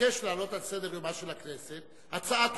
אבקש להעלות על סדר-יומה של הכנסת הצעה דחופה: